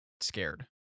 scared